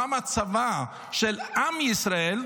מה מצבו של עם ישראל,